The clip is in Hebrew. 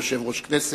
לא כיושב-ראש הכנסת,